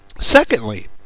Secondly